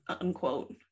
unquote